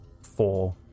four